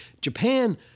Japan